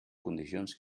condicions